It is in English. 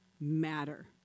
matter